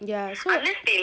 ya so